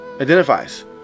identifies